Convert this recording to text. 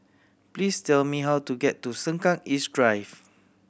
please tell me how to get to Sengkang East Drive